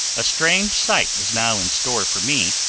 a strange sight was now in store for me,